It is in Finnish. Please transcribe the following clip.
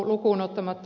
mustajärveä